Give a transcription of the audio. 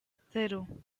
cero